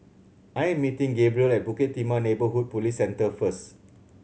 I am meeting Gabriel at Bukit Timah Neighbourhood Police Centre first